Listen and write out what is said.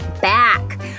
back